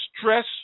stress